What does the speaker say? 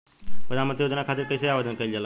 प्रधानमंत्री योजना खातिर कइसे आवेदन कइल जाला?